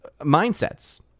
mindsets